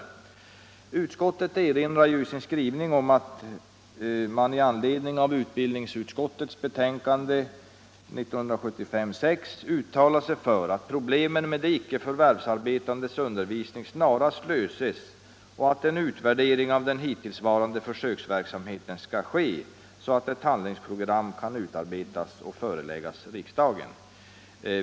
Inrikesutskottet erinrar i sin skrivning om att utskottet i anledning av utbildningsutskottets betänkande 1975:6 uttalat sig för att problemet med de icke förvärvsarbetandes undervisning snarast löses och att en utvärdering av den hittillsvarande försöksverksamheten skall ske så att ett handlingsprogram kan utarbetas och föreläggas riksdagen.